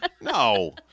No